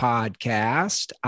Podcast